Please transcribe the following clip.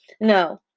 No